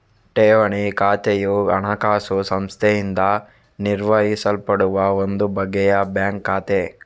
ಠೇವಣಿ ಖಾತೆಯು ಹಣಕಾಸು ಸಂಸ್ಥೆಯಿಂದ ನಿರ್ವಹಿಸಲ್ಪಡುವ ಒಂದು ಬಗೆಯ ಬ್ಯಾಂಕ್ ಖಾತೆ